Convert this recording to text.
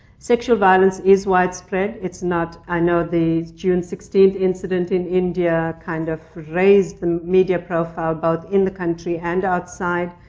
sexual violence is widespread. it's not i know the june sixteenth incident in india india kind of raised the media profile, both in the country and outside.